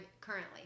Currently